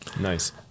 Nice